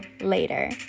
later